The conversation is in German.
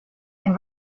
ein